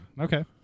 Okay